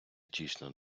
дійсно